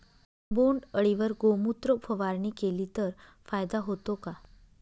बोंडअळीवर गोमूत्र फवारणी केली तर फायदा होतो का?